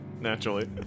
Naturally